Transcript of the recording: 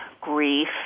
grief